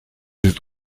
ist